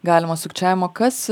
galimo sukčiavimo kas